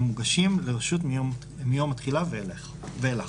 המוגשים לרשות מיום התחילה ואילך.